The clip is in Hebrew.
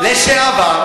לשעבר?